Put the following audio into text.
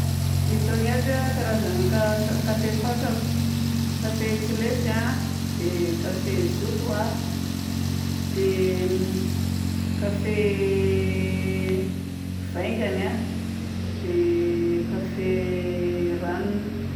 Itony aby a, karazagna ka- kafe fantako: kafe tsy lefy a, dia kafe zoto a, dia kafe vaingany a, dia kafe ranony.